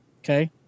Okay